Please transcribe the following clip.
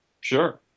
Sure